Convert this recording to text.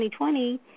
2020